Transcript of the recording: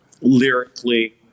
Lyrically